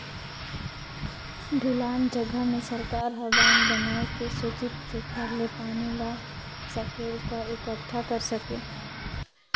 ढलान जघा मे सरकार हर बंधा बनाए के सेचित जेखर ले पानी ल सकेल क एकटठा कर सके